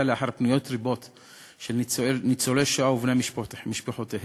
לאחר פניות רבות של ניצולי השואה ובני משפחותיהם,